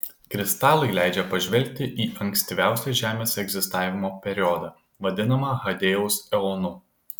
kristalai leidžia pažvelgti į ankstyviausią žemės egzistavimo periodą vadinamą hadėjaus eonu